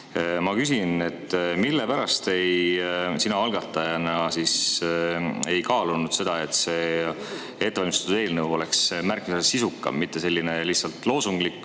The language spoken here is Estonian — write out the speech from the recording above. Ma küsin, mille pärast sina algatajana ei kaalunud seda, et see ettevalmistatud eelnõu oleks märksa sisukam, mitte lihtsalt loosunglik.